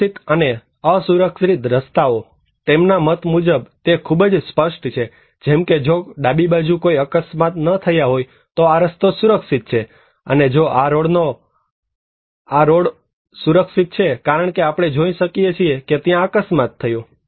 સુરક્ષિત અને અસુરક્ષિત રસ્તો તેમના મત મુજબ તે ખૂબ જ સ્પષ્ટ છે જેમકે જો ડાબી બાજુ કોઈ અકસ્માત ન થયા હોય તો આ રસ્તો સુરક્ષિત છે અને જો આ રોડ ઓ સુરક્ષિત છે કારણકે આપણે જોઈ શકીએ છીએ કે ત્યાં અકસ્માત થયો છે